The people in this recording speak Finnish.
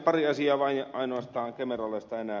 pari asiaa vain ja ainoastaan kemera laista enää